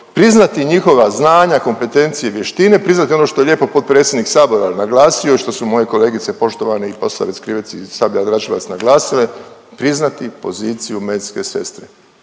priznati njihova znanja, kompetencije, vještine, priznati ono što je lijepo potpredsjednik Sabora naglasio i što su moje kolegice poštovane Posavec Krivec i Sabljar-Dračevac naglasile, priznati poziciju medicinske sestre.